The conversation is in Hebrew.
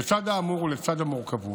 לצד האמור ולצד המורכבות,